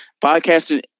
Podcasting